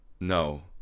No